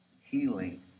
healing